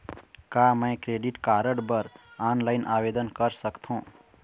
का मैं credit card बर ऑनलाइन आवेदन कर सकथों?